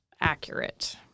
accurate